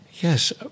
Yes